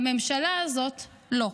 לממשלה הזאת לא.